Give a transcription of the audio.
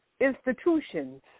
institutions